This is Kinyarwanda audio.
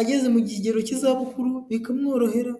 ageze mu kigero cy'izabukuru bikamworohera.